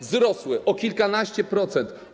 Wzrosły o kilkanaście procent.